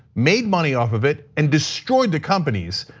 made money off of it, and destroyed the companies.